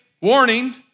warning